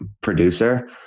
producer